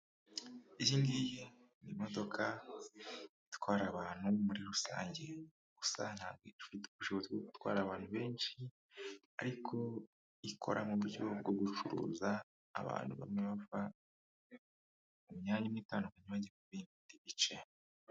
Iyi ngiyi ni imodoka itwara abantu muri rusange, gusa ntabwo ifite ubushobozi bwo gutwara abantu benshi, ariko ikora mu buryo bwo gucuruza abantu bamwe bava mu myanya iba itandukanye bajya mu bindi bice.